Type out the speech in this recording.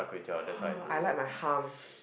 !huh! I like my hump